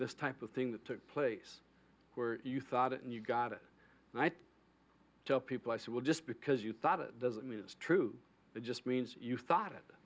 this type of thing that took place where you thought it and you got it and i tell people i said well just because you thought it doesn't mean it's true it just means you thought it